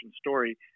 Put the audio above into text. story